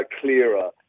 clearer